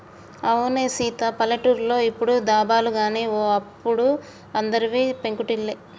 అవునే సీత పల్లెటూర్లో ఇప్పుడు దాబాలు గాని ఓ అప్పుడు అందరివి పెంకుటిల్లే